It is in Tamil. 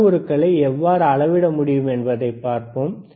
அளவுருக்களை எவ்வாறு அளவிட முடியும் என்பதைப் பார்ப்போம்